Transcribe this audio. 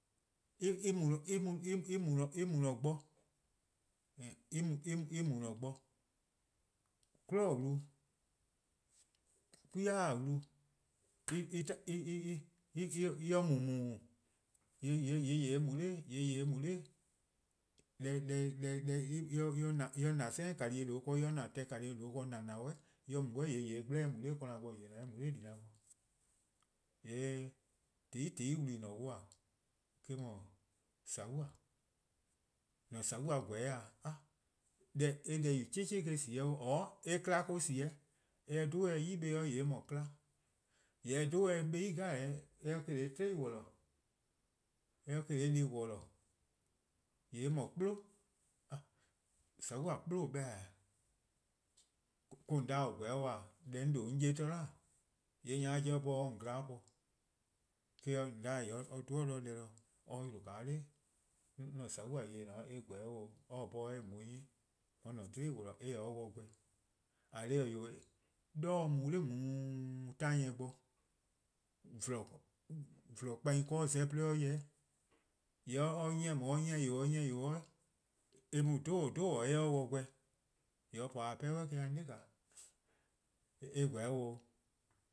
en mu-dih bo, een, en mu 'dih bo, 'kwineh'bo:-wlu:, 'kwi-a wlu :mor en mu :muuu: :yee' :yeh :daa eh mu 'noror', :yee' :yeh :daa eh mu 'noror' :mor en :na same 'ka-dih-eh :due' ken :mor en 'na :ka-dih-eh :due' ken :na :naaa' :mor en mu 'suh :hyee' en 'gblehbeh-: :yeh :daa eh mu 'nor kona bo :yeh :daa eh mu 'nor :dela bo. :ye :tehn 'i :tehn 'i :wlii :dee me-: 'dhu :saua'-', :an-a'a: :saua' :gweh-' :e? A! eh deh :yu :beh :sie-o' :or eh 'kpa or-: sie 'o. :mor eh 'dhu eh sei' 'beh :yee' eh :mor 'kla, :yee' :mor eh 'dhu eh 'beh 'i deh 'jeh eh se-' 'tiei' worlor:, eh se-' deh+ worlor: :yee' eh :mor 'kplo, a! :saua'-a 'kplo :or 'beh-a 'o or-: :on 'de :oe :gweh 'o dih :e, deh 'on :due' 'on 'ye-a zama :e, :yee' nyor-a 'jeh or 'bhorn or 'ye :on gla-a' :po-dih: :dhih 'o, :yee' deh :on 'da 'o :yee' or-dih 'de deh 'de, :mor or 'yle :yee' a 'da 'an :saua' :yeh :dao' eh :gweh 'o, or se 'bhorn or 'ye-eh :on 'nyi or 'ye-or 'tiei' worlor: eh :ne 'o dih :gweh. :eh :korn dhih-eh 'wee', 'de 'tanyieh bo 'jeh :vlor 'de or za-eh', :yee' :mor or 'nyi on, or 'nyi eh :yor :daa, or 'nyi :yor :daa' :yee' eh mu 'dhobo: 'dhobo: eh 'ye 'o dih :gweh, :yee' or po 'sleh 'suh or 'da eh :gweh. :gweh 'o